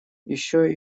еще